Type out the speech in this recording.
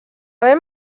ben